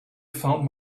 found